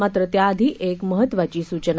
मात्र त्याआधी एक महत्त्वाची सूचना